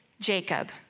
Jacob